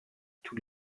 tous